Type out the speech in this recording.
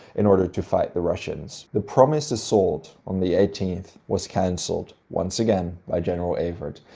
in order to fight the russians. the promised assault on the eighteenth was canceled, once again, by general evert.